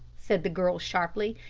said the girl sharply.